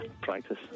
practice